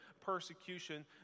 persecution